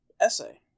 essay